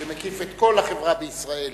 שמקיף את כל החברה בישראל.